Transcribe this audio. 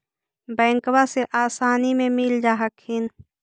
बैंकबा से आसानी मे मिल जा हखिन?